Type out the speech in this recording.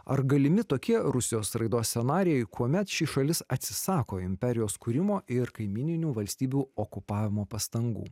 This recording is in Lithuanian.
ar galimi tokie rusijos raidos scenarijai kuomet ši šalis atsisako imperijos kūrimo ir kaimyninių valstybių okupavimo pastangų